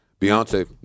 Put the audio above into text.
Beyonce